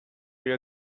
your